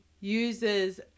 uses